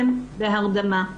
הרדמה.